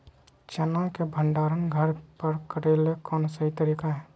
चना के भंडारण घर पर करेले कौन सही तरीका है?